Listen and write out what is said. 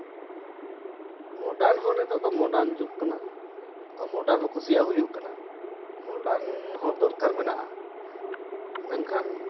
modern ᱦᱚᱸ ᱱᱤᱛᱳᱜ ᱫᱚ ᱢᱚᱰᱷᱟᱨᱱ ᱡᱩᱜᱽ ᱠᱟᱱᱟ ᱛᱚ ᱢᱚᱰᱟᱨᱱ ᱦᱚᱸ ᱠᱩᱥᱤᱭᱟᱜ ᱦᱩᱭᱩᱜ ᱠᱟᱱᱟ ᱢᱚᱰᱟᱨᱱ ᱦᱚᱸ ᱫᱚᱨᱠᱟᱨ ᱢᱮᱱᱟᱜᱼᱟ ᱢᱮᱱᱠᱷᱟᱱ